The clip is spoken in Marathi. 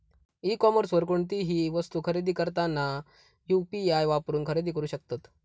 ई कॉमर्सवर कोणतीही वस्तू खरेदी करताना यू.पी.आई वापरून खरेदी करू शकतत